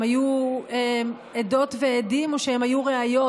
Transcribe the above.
הם היו עדות ועדים או שהם היו ראיות,